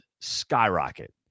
skyrocket